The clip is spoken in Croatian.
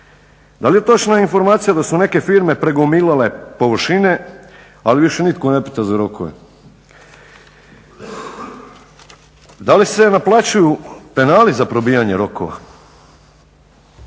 Da li je točna informacija da su neke firme pregomilale površine, ali više nitko ne pita za rokove. Da li se naplaćuju penali za probijanje rokova?